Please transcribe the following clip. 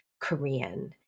Korean